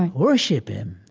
like worship him,